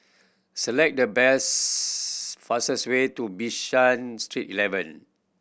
select the best fastest way to Bishan Street Eleven